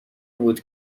بود